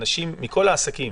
כל העסקים,